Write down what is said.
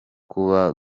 kuba